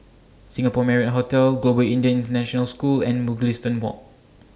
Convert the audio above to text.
Singapore Marriott Hotel Global Indian International School and Mugliston Walk